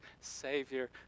Savior